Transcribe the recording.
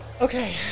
Okay